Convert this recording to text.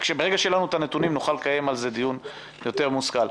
ברגע שיהיו לנו הנתונים נוכל לקיים על זה דיון יותר מושכל.